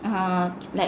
uh like